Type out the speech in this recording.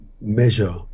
measure